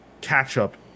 catch-up